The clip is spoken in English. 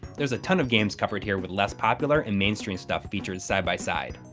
there's a ton of games covered here with less popular and mainstream stuff featured side by side.